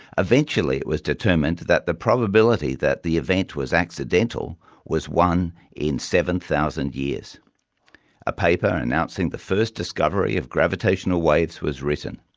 eventually it was determined that the probability that the event was accidental was one in seven thousand years. a paper announcing the first discovery of gravitational waves was written.